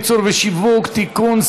נספחות.] הצעת חוק המועצה לענף הלול (ייצור ושיווק) (תיקון,